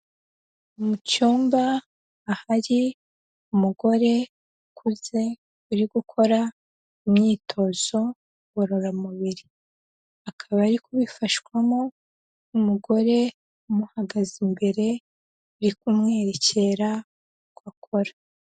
Mu cyumba ahari umugore ukuze uri gukora imyitozo ngororamubiri, akaba ari kufashwamo n'umugore umuhagaze imbere uri kumwerekera uko akora.